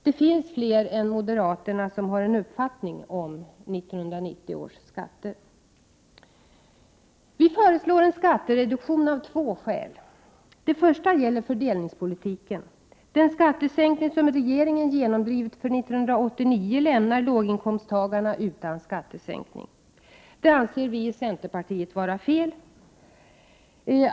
Det är fler än moderaterna som har en uppfattning om 1990 års skatter. Vi föreslår en skattereduktion av två skäl. Det första gäller fördelningspolitiken. Den skattesänkning som regeringen genomdrivit för 1989 lämnar låginkomsttagarna utan skattesänkning. Det anser vi i centerpartiet vara fel.